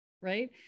right